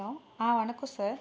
hello ஆ வணக்கம் sir